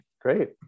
great